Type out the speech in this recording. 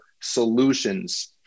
solutions